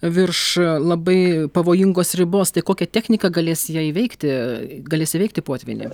virš labai pavojingos ribos tai kokia technika galės ją įveikti galės įveikti potvynį